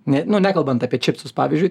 ne nekalbant apie čipsus pavyzdžiui